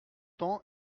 temps